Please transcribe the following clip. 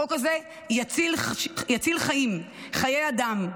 החוק הזה יציל חיים, חיי אדם.